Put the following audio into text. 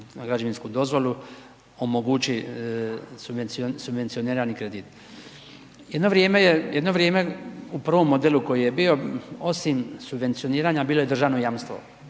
građevinsku dozvolu omogući subvencionirani kredit. Jedno vrijeme, jedno vrijeme u prvom modelu koji je bio osim subvencioniranja bilo je državno jamstvo.